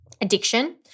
addiction